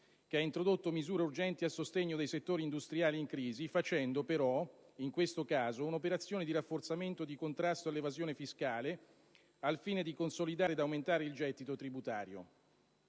che ha introdotto misure urgenti a sostegno dei settori industriali in crisi, facendo però - in questo caso - un'operazione di rafforzamento di contrasto all'evasione fiscale, al fine di consolidare ed aumentare il gettito tributario.